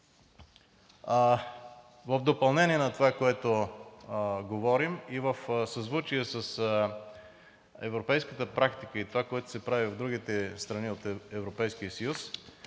В допълнение на това, което говорим, и в съзвучие с европейската практика – това, което се прави в другите страни от Европейския съюз,